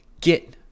Get